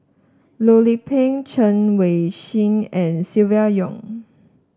Loh Lik Peng Chen Wen Hsi and Silvia Yong